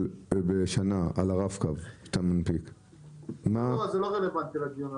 זה לא רלוונטי לדיון.